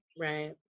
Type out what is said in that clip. Right